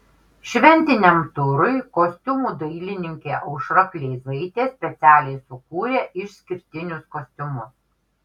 šventiniam turui kostiumų dailininkė aušra kleizaitė specialiai sukūrė išskirtinius kostiumus